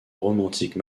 romantique